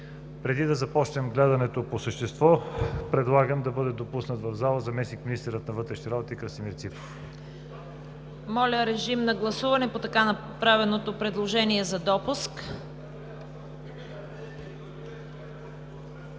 Преди да започнем гледането по същество, предлагам да бъде допуснат в залата заместник-министърът на вътрешните работи Красимир Ципов.